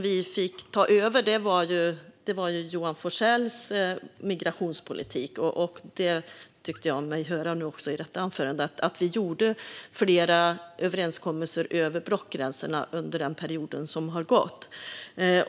Vi fick ta över Johan Forssells migrationspolitik, och jag tyckte mig höra i repliken att vi har gjort flera överenskommelser över blockgränserna under den period som har gått.